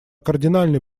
кардинальной